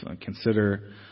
Consider